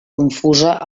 confusa